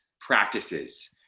practices